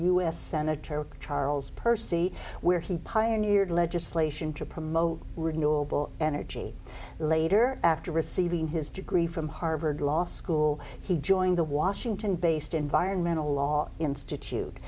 senator charles percy where he pioneered legislation to promote renewable energy later after receiving his degree from harvard law school he joined the washington based environmental law institute